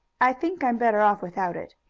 i think i'm better off without it.